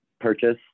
purchase